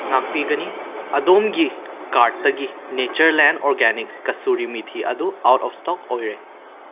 ꯉꯥꯛꯄꯤꯒꯅꯤ ꯑꯗꯣꯝꯒꯤ ꯀꯥꯔꯠꯇꯒꯤ ꯅꯦꯆꯔꯂꯦꯟ ꯑꯣꯔꯒꯅꯤꯛꯁ ꯀꯁꯨꯔꯤ ꯃꯤꯊꯤ ꯑꯗꯨ ꯑꯥꯎꯠ ꯑꯣꯐ ꯁ꯭ꯇꯣꯛ ꯑꯣꯏꯔꯦ